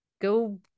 go